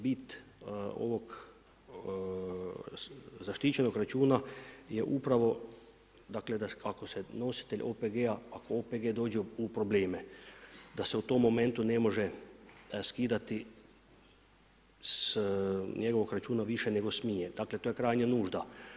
Bit ovog zaštićenog računa je upravo ako se nositelj OPG-a ako OPG dođe u probleme, da se u tom momentu ne može skidati s njegovog računa više nego smije, dakle to je krajnja nužda.